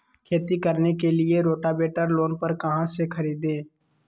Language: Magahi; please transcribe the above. खेती करने के लिए रोटावेटर लोन पर कहाँ से खरीदे?